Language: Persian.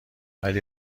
ولی